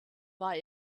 war